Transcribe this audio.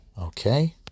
okay